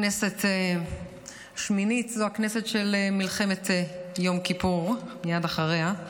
הכנסת השמינית זו הכנסת של מלחמת יום כיפור ומייד אחריה.